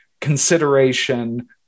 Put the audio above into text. consideration